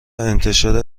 انتشار